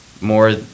more